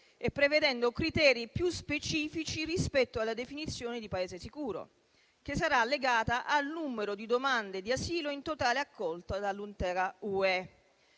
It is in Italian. e prevedendo criteri più specifici rispetto alla definizione di Paese sicuro, che sarà legata al numero di domande di asilo in totale accolte dall'intera